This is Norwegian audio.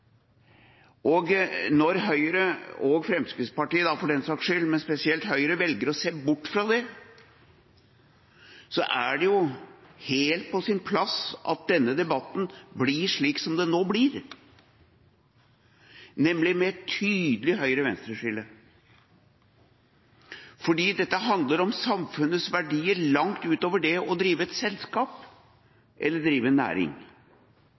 landbruket. Når Høyre – og Fremskrittspartiet, for den saks skyld, men spesielt Høyre – velger å se bort fra det, er det helt på sin plass at denne debatten blir slik som den nå blir, nemlig med et tydelig høyre–venstre-skille. Dette handler om samfunnets verdier langt utover det å drive et selskap eller drive næring